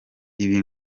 ibi